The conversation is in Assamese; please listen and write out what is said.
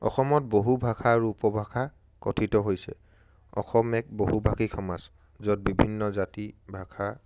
অসমত বহু ভাষা আৰু উপভাষা কথিত হৈছে অসম এক বহুভাষী সমাজ য'ত বিভিন্ন জাতি ভাষা